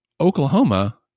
Oklahoma